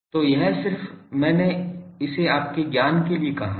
तो यह सिर्फ मैंने इसे आपके ज्ञान के लिए कहा है